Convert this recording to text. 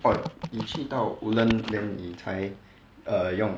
你去到 woodlands then 你才 err 用